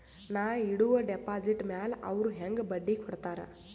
ನಾ ಇಡುವ ಡೆಪಾಜಿಟ್ ಮ್ಯಾಲ ಅವ್ರು ಹೆಂಗ ಬಡ್ಡಿ ಕೊಡುತ್ತಾರ?